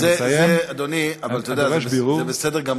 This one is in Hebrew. זה דורש בירור.